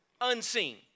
unseen